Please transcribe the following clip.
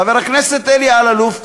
חבר הכנסת אלי אלאלוף,